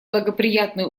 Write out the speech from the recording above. благоприятные